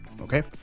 okay